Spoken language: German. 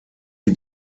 sie